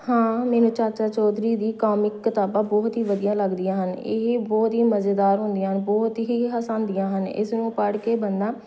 ਹਾਂ ਮੈਨੂੰ ਚਾਚਾ ਚੌਧਰੀ ਦੀ ਕੋਮਿਕ ਕਿਤਾਬਾਂ ਬਹੁਤ ਹੀ ਵਧੀਆ ਲੱਗਦੀਆਂ ਹਨ ਇਹ ਬਹੁਤ ਹੀ ਮਜ਼ੇਦਾਰ ਹੁੰਦੀਆਂ ਹਨ ਬਹੁਤ ਹੀ ਹਸਾਉਂਦੀਆਂ ਹਨ ਇਸ ਨੂੰ ਪੜ੍ਹ ਕੇ ਬੰਦਾ